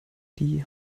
die